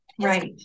Right